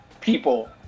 people